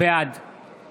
בעד בנימין